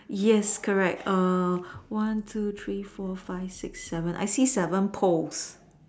yes correct one two three four five six seven I see seven poles